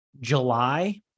July